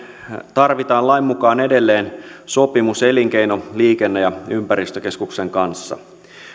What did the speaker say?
tarvitaan lain mukaan edelleen sopimus elinkeino liikenne ja ympäristökeskuksen kanssa